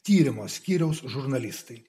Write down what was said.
tyrimo skyriaus žurnalistai